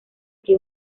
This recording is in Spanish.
que